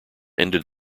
ended